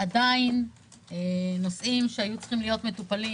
עדיין נושאים שהיו צריכים להיות מטופלים